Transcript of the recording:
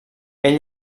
ell